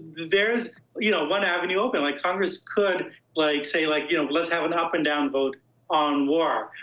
there is you know one avenue open. like congress could like say, like you know let's have an up and down vote on war.